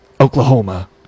Oklahoma